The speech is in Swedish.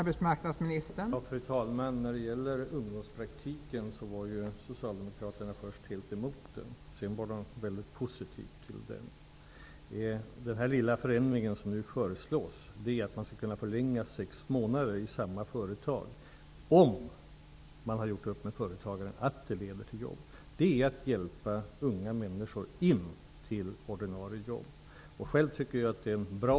Fru talman! Ungdomspraktiken var socialdemokraterna först helt emot. Sedan visade de sig väldigt positiva till den. Den lilla förändring som nu föreslås är att man skall kunna förlänga tiden med sex månader i samma företag, under förutsättning att man gjort upp med företagaren att förlängningen leder till ett ordinarie jobb. Det här är att hjälpa unga människor till ordinarie jobb. Själv tycker jag att åtgärden är bra.